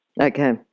Okay